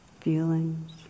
feelings